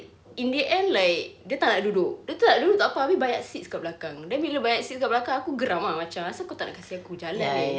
in the end like dia tak nak duduk dia tak nak duduk tak apa tapi banyak seats kat belakang then bila banyak seats kat belakang aku geram lah macam apasal kau tak nak kasi aku jalan eh